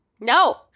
No